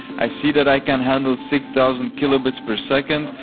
i see that i can handle six thousand kilobits per second,